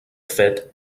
fet